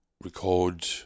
record